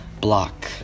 Block